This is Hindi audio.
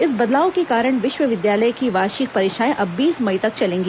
इस बदलाव के कारण विश्वविद्यालय की वार्षिक परीक्षाएं अब बीस मई तक चलेंगी